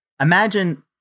imagine